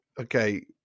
Okay